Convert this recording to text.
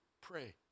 pray